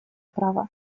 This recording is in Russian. право